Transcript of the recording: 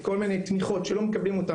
כל מיני תמיכות שאנחנו לא מקבלים אותן